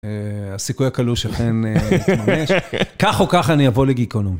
הסיכוי הקלוש אכן מתממש, כך או ככה אני אבוא לגיקונומי.